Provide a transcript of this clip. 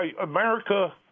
America